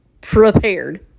prepared